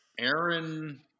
Aaron